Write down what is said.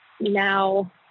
now